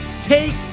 take